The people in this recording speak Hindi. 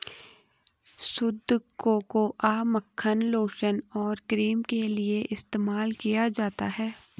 शुद्ध कोकोआ मक्खन लोशन और क्रीम के लिए इस्तेमाल किया जाता है